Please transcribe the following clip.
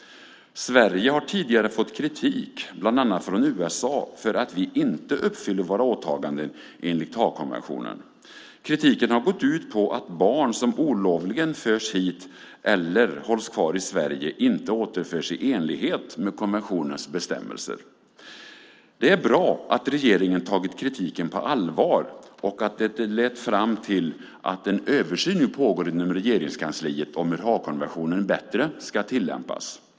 Sverige har tidigare fått kritik, bland annat från USA, för att vi inte uppfyller våra åtaganden enligt Haagkonventionen. Kritiken har gått ut på att barn som olovligen förs hit eller hålls kvar i Sverige inte återförs i enlighet med konventionens bestämmelser. Det är bra att regeringen tagit kritiken på allvar och att det lett fram till att en översyn nu pågår inom Regeringskansliet om hur Haagkonventionen bättre ska tillämpas.